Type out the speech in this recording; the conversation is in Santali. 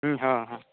ᱦᱮᱸ ᱦᱮᱸ